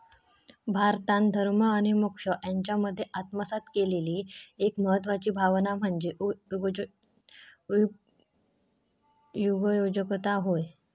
भारतान धर्म आणि मोक्ष यांच्यामध्ये आत्मसात केलेली एक महत्वाची भावना म्हणजे उगयोजकता होय